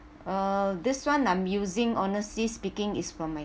uh this [one] I'm using honestly speaking is from my